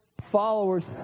followers